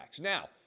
Now